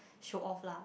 show off lah